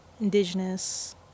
indigenous